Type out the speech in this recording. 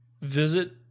visit